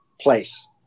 place